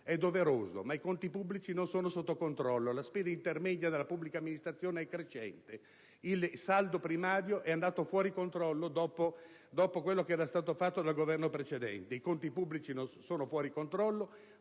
È doveroso, ma i conti pubblici non sono sotto controllo: la spesa intermedia della pubblica amministrazione è crescente; il saldo primario è andato fuori controllo dopo quanto era stato fatto dal Governo precedente. I conti pubblici sono fuori controllo